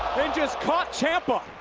they just caught ciampa,